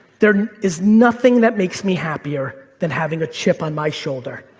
there is nothing that makes me happier than having a chip on my shoulder.